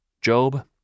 Job